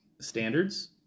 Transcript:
standards